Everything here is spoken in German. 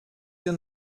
wir